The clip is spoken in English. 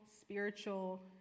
spiritual